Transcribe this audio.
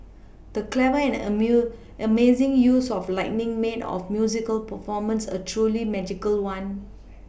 the clever and amazing use of lighting made of musical performance a truly magical one